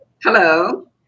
Hello